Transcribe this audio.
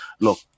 look